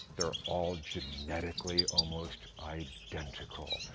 they're all genetically almost identical.